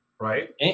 right